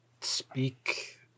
speak